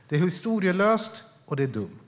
Det är historielöst, och det är dumt!